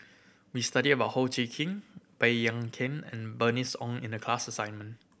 we studied about Ho Chee Kong Baey Yam Keng and Bernice Ong in the class assignment